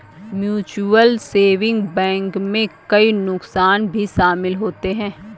mutual saving bank में कई नुकसान भी शमिल होते है